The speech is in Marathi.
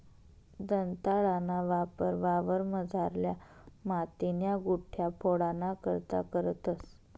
दंताळाना वापर वावरमझारल्या मातीन्या गुठया फोडाना करता करतंस